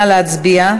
נא להצביע.